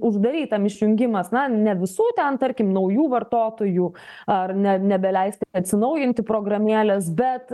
uždarytam išjungimas na ne visų ten tarkim naujų vartotojų ar ne nebeleisti atsinaujinti programėlės bet